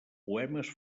poemes